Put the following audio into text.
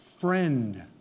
friend